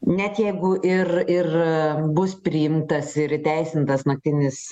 net jeigu ir ir bus priimtas ir įteisintas naktinis